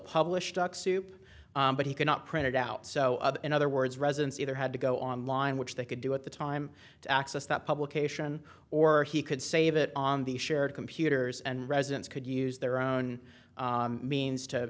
publish duck soup but he cannot print it out so in other words residents either had to go online which they could do at the time to access that publication or he could save it on the shared computers and residents could use their own means to